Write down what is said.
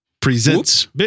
presents